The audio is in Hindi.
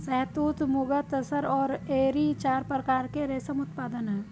शहतूत, मुगा, तसर और एरी चार प्रकार के रेशम उत्पादन हैं